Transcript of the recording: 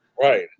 right